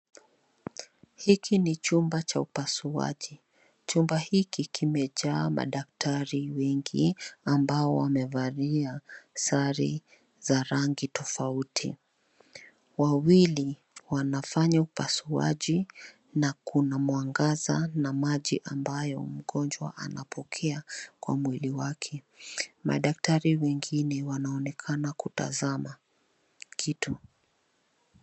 Hiki ni chumba cha upasuaji. Chumba hiki kimejaa madaktari wengi ambao wamevalia sare za rangi tofauti. Wawili wanafanya upasuaji na kuna mwangaza na maji ambayo mgonjwa anapokea kwa mwili wake. Madaktari wengine wanaonekana kutazama kitu.